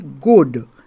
good